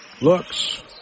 looks